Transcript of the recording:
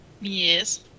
Yes